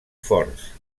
forts